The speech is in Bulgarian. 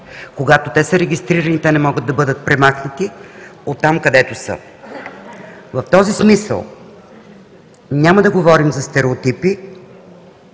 Когато те са регистрирани, те не могат да бъдат премахнати оттам, където са. В този смисъл, няма да говорим за стереотипи,